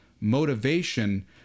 motivation